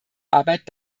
arbeit